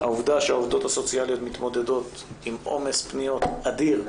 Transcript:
העובדה שהעובדות הסוציאליות מתמודדות עם עומס פניות אדיר,